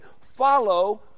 follow